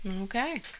okay